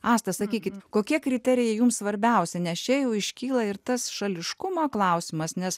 asta sakykit kokie kriterijai jums svarbiausia nes čia jau iškyla ir tas šališkumo klausimas nes